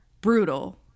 brutal